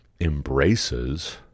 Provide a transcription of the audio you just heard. embraces